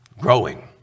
growing